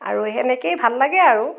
আৰু সেনেকেই ভাল লাগে আৰু